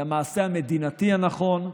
היא המעשה המדינתי הנכון.